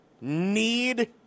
need